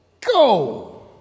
Go